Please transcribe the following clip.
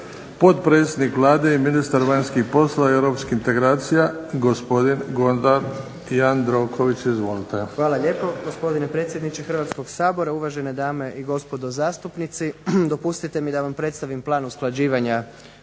Potpredsjednik Vlade i ministar vanjskih poslova i europskih integracija gospodin Gordan Jandroković. Izvolite.